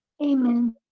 Amen